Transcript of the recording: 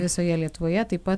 visoje lietuvoje taip pat